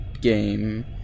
game